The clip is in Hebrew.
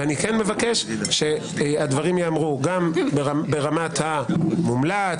ואני כן מבקש שהדברים ייאמרו גם ברמת ה"מומלץ",